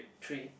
three